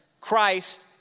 Christ